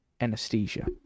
anesthesia